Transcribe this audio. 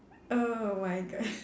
oh my god